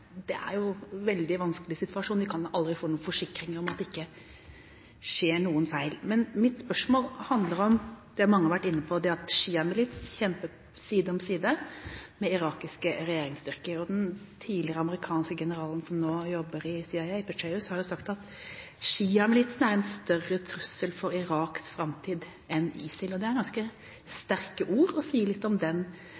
Det er jo en veldig vanskelig situasjon. Vi kan aldri få noen forsikring om at det ikke skjer noen feil. Mitt spørsmål handler om det mange har vært inne på, at sjiamilits kjemper side om side med irakiske regjeringsstyrker. Den tidligere amerikanske generalen, som har jobbet i CIA, Petraeus, har sagt at sjiamilitsen er en større trussel for Iraks framtid enn ISIL. Det er ganske sterke ord og sier litt om